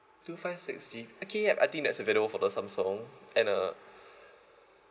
two five six G okay yup I think that's available for the samsung and uh